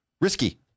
risky